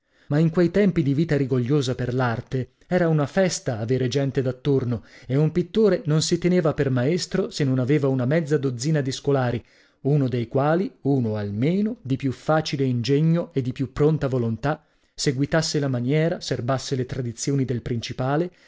ma in quei tempi di vita rigogliosa per l'arte era una festa aver gente dattorno e un pittore non si teneva per maestro se non aveva una mezza dozzina di scolari uno dei quali uno almeno di più facile ingegno e di più pronta volontà seguitasse la maniera serbasse le tradizioni del principale